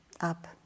up